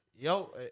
Yo